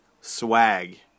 swag